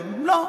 לא.